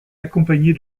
accompagnée